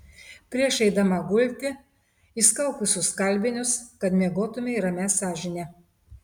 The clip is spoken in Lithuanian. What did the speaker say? prieš eidama gulti išskalbk visus skalbinius kad miegotumei ramia sąžine